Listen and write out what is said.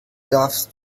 darfst